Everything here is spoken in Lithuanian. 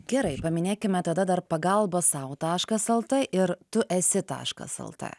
gerai paminėkime tada dar pagalba sau taškas lt ir tu esi taškas lt